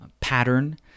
pattern